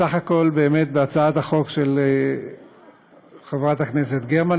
בסך הכול בהצעת החוק של חברת הכנסת גרמן,